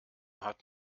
hat